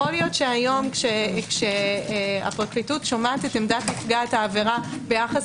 יכול להיות שהיום כשהפרקליטות שומעת את עמדת נפגעת העבירה ביחס